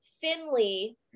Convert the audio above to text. Finley